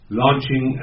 launching